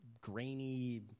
grainy